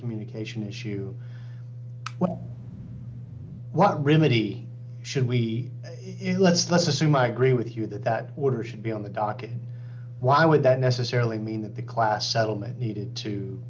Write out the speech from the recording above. communication issue well what remedy should we it lets let's assume i agree with you that that order should be on the docket why would that necessarily mean that the class settlement needed to